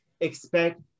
expect